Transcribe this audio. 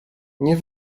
nie